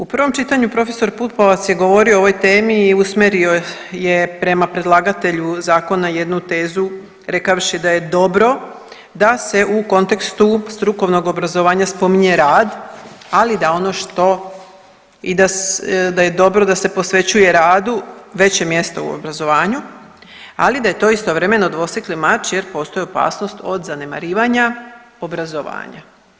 U prvom čitanju profesor Pupovac je govorio o ovoj temi i usmjerio je prema predlagatelju zakona jednu tezu rekavši da je dobro da se u kontekstu strukovnog obrazovanja spominje rad, ali da ono što i da je dobro da se posvećuje radu veće mjesto u obrazovanju, ali da je to istovremeno dvosjekli mač jer postoji opasnost od zanemarivanja obrazovanja.